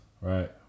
right